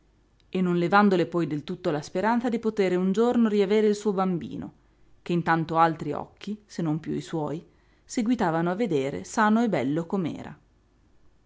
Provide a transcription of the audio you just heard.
e non levandole poi del tutto la speranza di potere un giorno riavere il suo bambino che intanto altri occhi se non piú i suoi seguitavano a vedere sano e bello